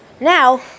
now